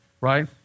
right